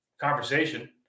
conversation